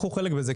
קחו חלק בזה,